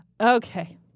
Okay